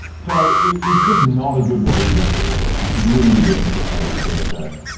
so it's just not a good way to do css. you should really be doing per-page css.